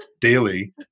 daily